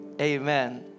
amen